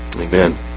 Amen